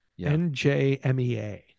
NJMEA